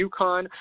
UConn